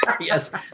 Yes